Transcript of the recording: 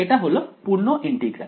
সেটা হল পূর্ণ ইন্টিগ্রাল